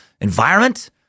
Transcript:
environment